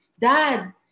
Dad